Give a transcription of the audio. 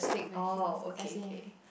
oh okay okay